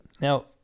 now